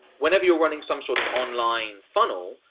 whenever you're running some sort of online funnel,